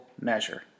measure